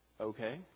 Okay